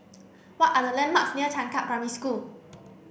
what are the landmarks near Changkat Primary School